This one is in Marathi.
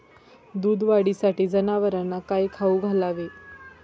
दूध वाढीसाठी जनावरांना काय खाऊ घालावे?